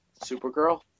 Supergirl